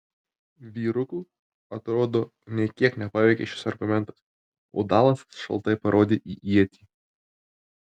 vyrukų atrodo nė kiek nepaveikė šis argumentas o dalasas šaltai parodė į ietį